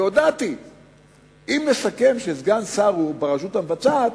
והודעתי שאם נסכם שסגן שר הוא ברשות המבצעת,